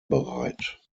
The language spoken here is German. bereit